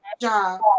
job